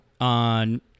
on